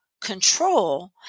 control